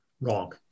wrong